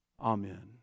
Amen